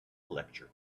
lecture